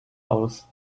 aus